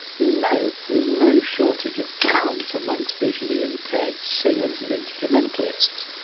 you know there's no shortage of talent amongst visually impaired singers and instrumentalists.